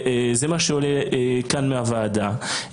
זה מה שעולה כאן מהוועדה.